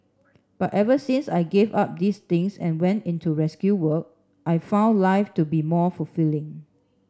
but ever since I gave up these things and went into rescue work I've found life to be more fulfilling